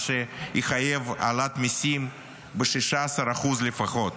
מה שיחייב העלאת מסים ב-16% לפחות.